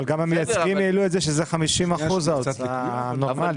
אבל גם המייצגים העלו את זה שזה 50% ההוצאה הנורמלית.